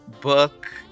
book